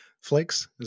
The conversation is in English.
flakes